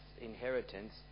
inheritance